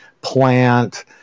plant